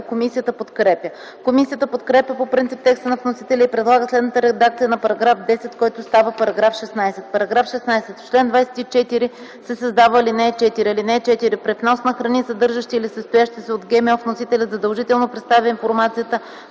комисията подкрепя. Комисията подкрепя по принцип текста на вносителя и предлага следната редакция на § 10, който става § 16: „§ 16. В чл. 24 се създава ал. 4: „(4) При внос на храни, съдържащи или състоящи се от ГМО, вносителят задължително представя информацията